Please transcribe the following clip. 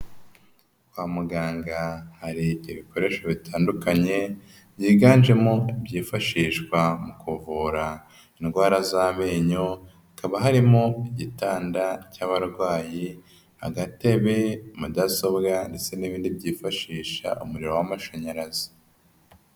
Kwa muganga hari ibikoresho bitandukanye, byiganjemo ibyifashishwa mu kuvura indwara z'amenyo, hakaba harimo igitanda cy'abarwayi, agatebe, mudasobwa ndetse n'ibindi byifashisha umuriro w'amashanyarazi.